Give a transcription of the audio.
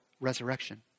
resurrection